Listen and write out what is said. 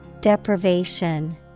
Deprivation